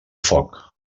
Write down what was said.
foc